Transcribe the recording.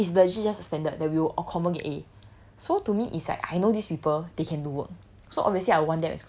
is the it's just the standard that we will all common get a so to me it's like I know these people they can do work